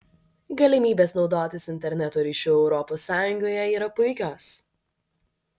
galimybės naudotis interneto ryšiu europos sąjungoje yra puikios